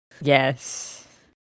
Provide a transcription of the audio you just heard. Yes